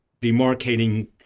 demarcating